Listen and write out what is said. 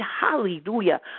hallelujah